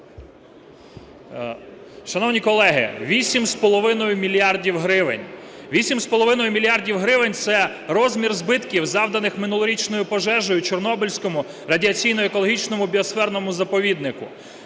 гривень, 8,5 мільярдів гривень - це розмір збитків, завданих минулорічною пожежею Чорнобильському радіаційно-екологічному біосферному заповіднику.